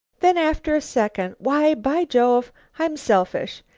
then after a second, why, by jove! i'm selfish.